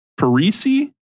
Parisi